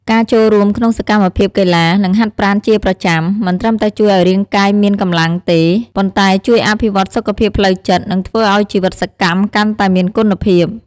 ការចូលរួមក្នុងសកម្មភាពកីឡា និងហាត់ប្រាណជាប្រចាំ មិនត្រឹមតែជួយឲ្យរាងកាយមានកម្លាំងទេ ប៉ុន្តែជួយអភិវឌ្ឍសុខភាពផ្លូវចិត្ត និងធ្វើឲ្យជីវិតសកម្មកាន់តែមានគុណភាព។